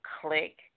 Click